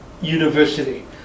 university